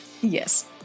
Yes